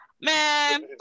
Man